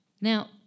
Now